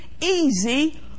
easy